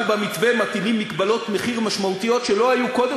אנחנו במתווה מטילים מגבלות מחיר משמעותיות שלא היו קודם,